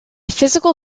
physical